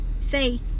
say